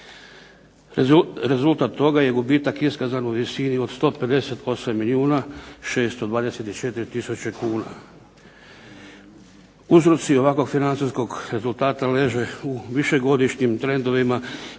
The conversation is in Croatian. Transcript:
Rezultat toga je gubitak iskazanog u visini od 158 milijuna 624 tisuće kuna. Uzroci ovakvog financijskog rezultata leže u višegodišnjim trendovima